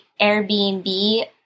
Airbnb